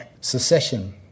Secession